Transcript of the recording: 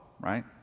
right